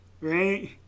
right